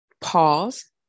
pause